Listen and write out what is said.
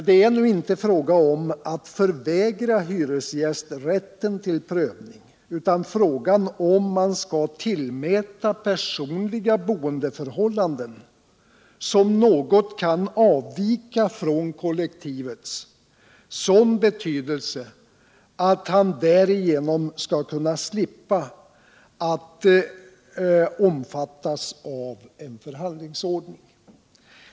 Det är nu inte fråga om att förvägra hyresgäst rätten till prövning utan fråga om huruvida man skall tillmäta personliga boendeförhållanden, som något kan avvika från kollektivets, sådan betydelse all hyresgästen därigenom skall kunna slippa att omfattas av en förhandlingsordning.